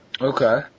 Okay